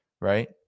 right